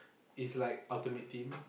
is like ultimate team